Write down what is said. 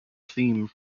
theme